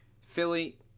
Philly